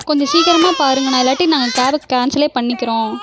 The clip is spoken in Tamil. கொஞ்சம் சீக்கிரமாக பாருங்கண்ணா இல்லாட்டி நாங்கள் கேப்பு கேன்சலே பண்ணிக்கிறோம்